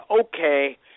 okay